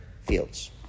fields